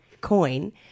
coin